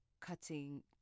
cutting